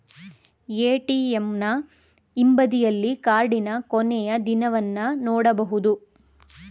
ಎ.ಟಿ.ಎಂನ ಹಿಂಬದಿಯಲ್ಲಿ ಕಾರ್ಡಿನ ಕೊನೆಯ ದಿನವನ್ನು ನೊಡಬಹುದು